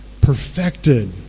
perfected